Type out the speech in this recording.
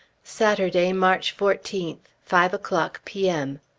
saturday, march fourteenth. five o'clock, p m.